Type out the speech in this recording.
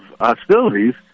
hostilities